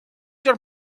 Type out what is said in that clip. your